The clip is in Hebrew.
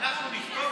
אנחנו נעביר